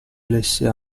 laisser